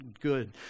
good